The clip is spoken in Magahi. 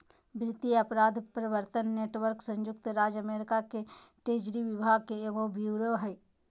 वित्तीय अपराध प्रवर्तन नेटवर्क संयुक्त राज्य अमेरिका के ट्रेजरी विभाग के एगो ब्यूरो हइ